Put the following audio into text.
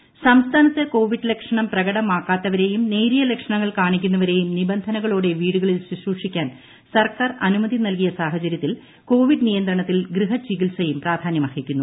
Padmakumar intro സംസ്ഥാനത്ത് Covid ലക്ഷണം പ്രകടമാക്കാത്തവരെയും നേരിയ ലക്ഷണങ്ങൾ കാണിക്കുന്നവരെയും നിബന്ധനകളോടെ വീടുകളിൽ ശുശ്രൂഷിക്കാൻ സർക്കാർ അനുമതി നൽകിയ സാഹചര്യത്തിൽ കോവിഡ് നിയന്ത്രണത്തിൽ ഗൃഹചികിത്സയും പ്രാധാന്യമർഹിക്കുന്നു